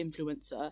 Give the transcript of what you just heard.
influencer